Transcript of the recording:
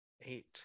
Eight